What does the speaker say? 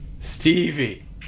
Stevie